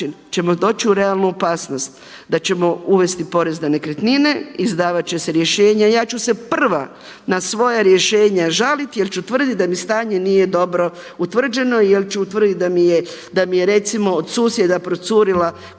ćemo doći u realnu opasnost da ćemo uvesti porez na nekretnine, izdavat će se rješenja, ja ću se prva na svoje rješenje žaliti jer ću tvrditi da mi stanje nije dobro utvrđeno jer ću utvrditi da mi je recimo od susjeda procurila kupaona u